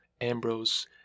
Ambrose